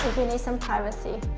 you need some privacy.